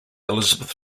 elizabeth